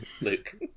Luke